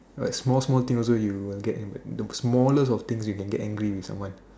like small small thing also you will get the smallest of thing you can get angry with someone